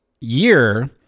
year